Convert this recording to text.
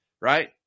right